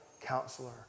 Counselor